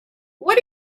what